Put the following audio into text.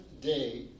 day